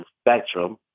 spectrum